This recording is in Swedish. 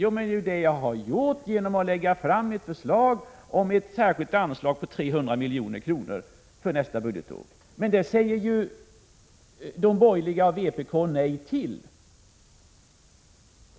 Det är ju det jag har gjort genom att lägga fram ett förslag om ett särskilt anslag på 300 milj.kr. för nästa budgetår. Men det säger de borgerliga och vpk nej till.